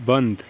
بند